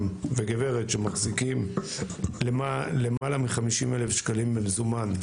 וגברת שמחזיקים למעלה מ-50,000 שקלים במזומן,